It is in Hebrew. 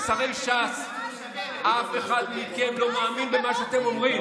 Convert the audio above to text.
שרי ש"ס, אף אחד מכם לא מאמין במה שאתם אומרים.